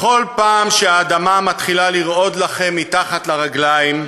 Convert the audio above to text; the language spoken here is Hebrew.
בכל פעם שהאדמה מתחילה לרעוד לכם מתחת לרגליים,